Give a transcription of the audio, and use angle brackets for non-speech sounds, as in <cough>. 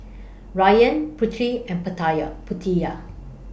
Ryan Putri and <unintelligible> Putera